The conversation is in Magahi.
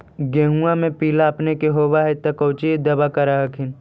गोहुमा मे पिला अपन होबै ह तो कौची दबा कर हखिन?